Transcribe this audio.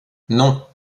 non